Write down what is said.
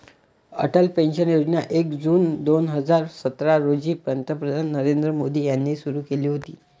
Atal pension योजना एक जून दोन हजार सतरा रोजी पंतप्रधान नरेंद्र मोदी यांनी सुरू केली होती